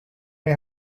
may